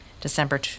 December